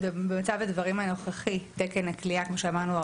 במצב הדברים הנוכחי תקן הכליאה כמו שאמרנו,